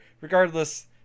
Regardless